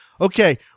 okay